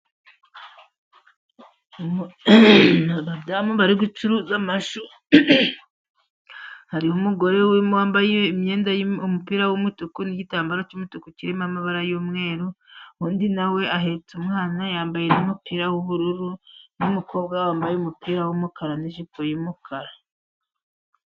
Abadamu bari gucuruza amashu, harimo umugore wambaye umupira w'umutuku n'igitambaro cy'umutuku, kirimo amabara y'umweru, undi na we ahetse umwana yambaye n'umupira w'ubururu, n'umukobwa wambaye umupira w'umukara n'ijipo y'umukara.